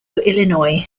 illinois